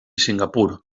singapur